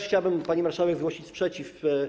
Chciałbym, pani marszałek, zgłosić sprzeciw.